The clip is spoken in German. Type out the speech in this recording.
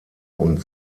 und